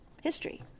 history